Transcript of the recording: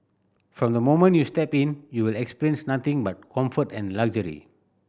from the moment you step in you will experience nothing but comfort and luxury